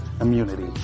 immunity